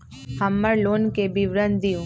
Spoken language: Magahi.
हमर लोन के विवरण दिउ